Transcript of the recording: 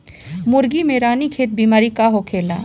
मुर्गी में रानीखेत बिमारी का होखेला?